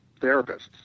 therapists